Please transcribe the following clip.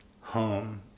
home